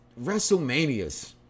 WrestleManias